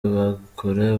bakora